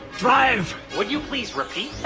drive! would you please repeat the